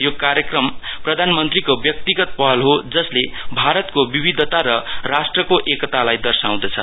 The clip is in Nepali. यो कार्यक्रम प्रधानमन्त्रीको व्यक्तिगत पहल हो जसले भारतको विविधता र राष्ट्रको एकतालाई दशउँदछ